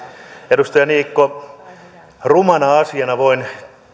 edustaja niikko rumana asiana voin